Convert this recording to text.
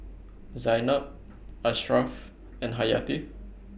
Zaynab Ashraf and Hayati